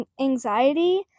anxiety